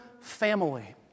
family